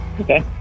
okay